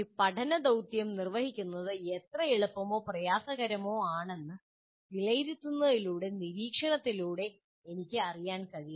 ഒരു പഠന ദൌത്യം നിർവഹിക്കുന്നത് എത്ര എളുപ്പമോ പ്രയാസകരമോ ആണെന്ന് വിലയിരുത്തുന്നതിലൂടെ നിരീക്ഷണത്തിലൂടെ എനിക്ക് അറിയാൻ കഴിയണം